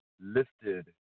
lifted